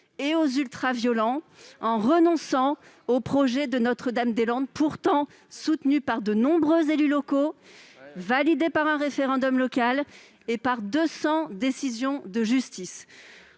et aux ultra-violents, en renonçant au projet de Notre-Dame-des-Landes, projet pourtant soutenu par de nombreux élus locaux et validé par un référendum local et par 200 décisions de justice.